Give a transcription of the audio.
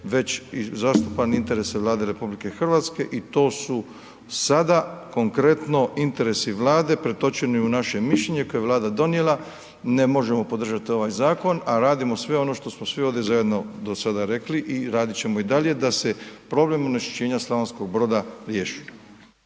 već zastupam interese Vlade RH i to su sada konkretno interesi Vlade pretočeni u naše mišljenje koje je Vlada donijela, ne možemo podržati ovaj zakon a radimo sve ono što smo svi ovdje zajedno do sada rekli i radit ćemo i dalje da se problem onečišćenja Slavonskog Broda riješi.